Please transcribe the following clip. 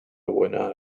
buena